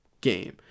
game